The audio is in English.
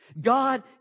God